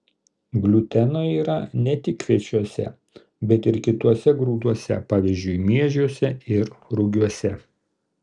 gliuteno yra ne tik kviečiuose bet ir kituose grūduose pavyzdžiui miežiuose ir rugiuose